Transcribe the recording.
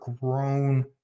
grown